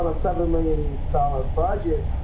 um seven million dollar budget,